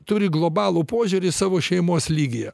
turi globalų požiūrį savo šeimos lygyje